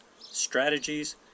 strategies